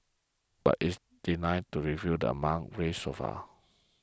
but it's declined to reveal amount raised so far